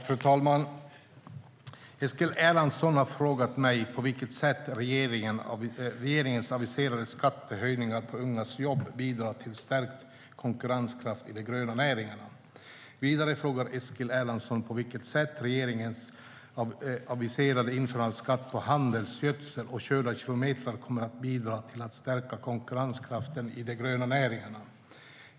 Fru talman! Eskil Erlandsson har frågat mig på vilket sätt regeringens aviserade skattehöjningar på ungas jobb bidrar till stärkt konkurrenskraft i de gröna näringarna. Vidare frågar Eskil Erlandsson på vilket sätt regeringens aviserade införande av skatt på handelsgödsel och körda kilometrar kommer att bidra till att stärka konkurrenskraften i de gröna näringarna.